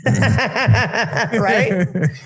right